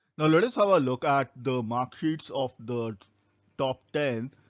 now let us have a look at the mark sheets of the top ten